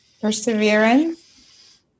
Perseverance